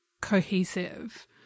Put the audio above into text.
cohesive